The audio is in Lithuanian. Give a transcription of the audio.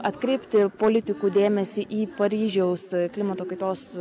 atkreipti politikų dėmesį į paryžiaus klimato kaitos